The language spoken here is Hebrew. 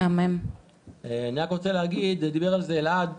אני רק רוצה להגיד ודיבר על זה אלעד,